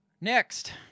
Next